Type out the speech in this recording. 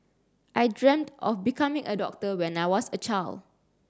I dreamt of becoming a doctor when I was a child